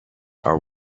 are